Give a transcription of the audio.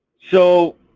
so